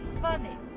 funny